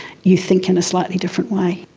you think in a slightly different way.